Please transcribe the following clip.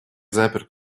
запер